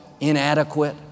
inadequate